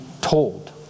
told